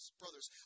brothers